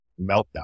meltdown